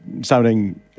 sounding